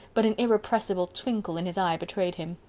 but an irrepressible twinkle in his eye betrayed him.